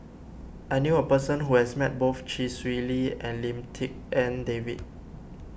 I knew a person who has met both Chee Swee Lee and Lim Tik En David